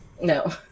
No